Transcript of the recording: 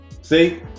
See